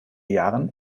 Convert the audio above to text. jahren